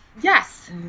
Yes